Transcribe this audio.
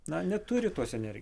na neturi tos ener